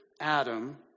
Adam